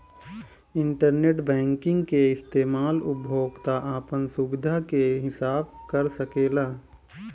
internet banking के इस्तमाल उपभोक्ता आपन सुबिधा के हिसाब कर सकेला